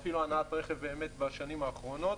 אפילו הנעת רכב בשנים האחרונות.